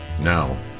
Now